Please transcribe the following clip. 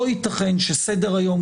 לא ייתכן שסדר היום,